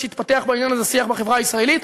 שיתפתח בעניין הזה שיח בחברה הישראלית.